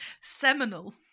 Seminal